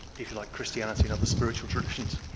if you like christianity and other spiritual traditions.